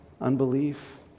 unbelief